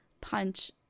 punch